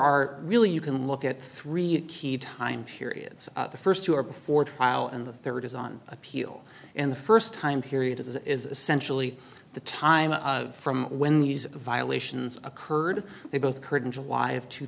are really you can look at three key time periods the first two are before trial and the third is on appeal and the first time period is essentially the time from when these violations occurred they both curd in july of two